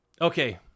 Okay